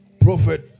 Prophet